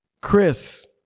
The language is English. Chris